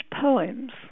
poems